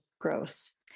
gross